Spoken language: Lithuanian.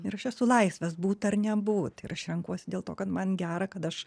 ir aš esu laisvas būt ar nebūt ir aš renkuosi dėl to kad man gera kad aš